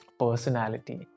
personality